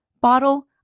bottle